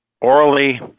orally